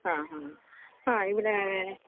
ആ അഹ് ആ ഇവിടെ